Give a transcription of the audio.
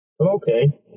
Okay